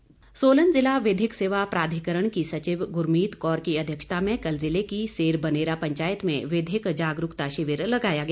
जागरूकता शिविर सोलन जिला विधिक सेवा प्राधिकरण की सचिव गुरमीत कौर की अध्यक्षता में कल जिले की सेर बनेरा पंचायत में विधिक जागरूकता शिविर लगाया गया